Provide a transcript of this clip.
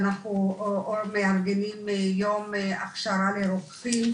אנחנו מארגנים יום הכשרה לרופאים,